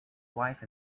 wife